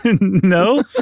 No